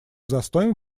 застоем